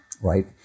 Right